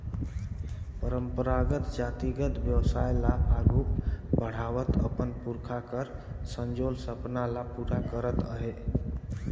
परंपरागत जातिगत बेवसाय ल आघु बढ़ावत अपन पुरखा कर संजोल सपना ल पूरा करत अहे